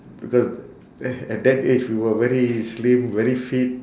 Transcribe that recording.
because at that age we were very slim very fit